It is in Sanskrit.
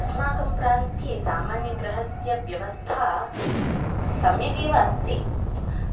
अस्माकं प्रान्ते सामान्यगृहस्य व्यवस्था सम्यगेव अस्ति